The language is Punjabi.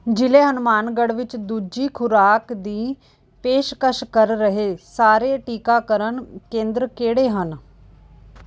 ਜ਼ਿਲ੍ਹੇ ਹਨੂੰਮਾਨਗੜ੍ਹ ਵਿੱਚ ਦੂਜੀ ਖੁਰਾਕ ਦੀ ਪੇਸ਼ਕਸ਼ ਕਰ ਰਹੇ ਸਾਰੇ ਟੀਕਾਕਰਨ ਕੇਂਦਰ ਕਿਹੜੇ ਹਨ